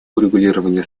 урегулировании